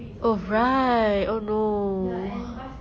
oh right oh no